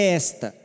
esta